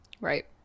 Right